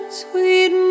sweet